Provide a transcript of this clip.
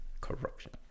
corruption